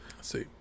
See